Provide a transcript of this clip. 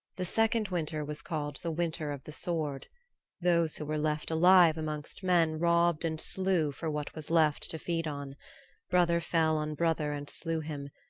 the second winter was called the winter of the sword those who were left alive amongst men robbed and slew for what was left to feed on brother fell on brother and slew him,